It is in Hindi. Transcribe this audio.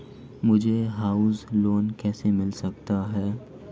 मुझे हाउस लोंन कैसे मिल सकता है?